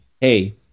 hey